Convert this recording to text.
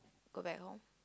go back home